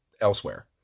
elsewhere